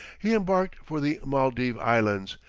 he embarked for the maldive islands,